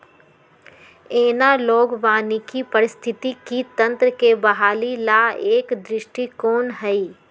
analogue वानिकी पारिस्थितिकी तंत्र के बहाली ला एक दृष्टिकोण हई